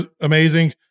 amazing